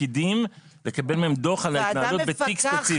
פקידים ולקבל מהם דוח על ההתנהלות בתיק ספציפי.